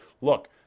look